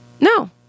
No